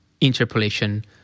interpolation